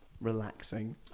relaxing